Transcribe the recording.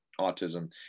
autism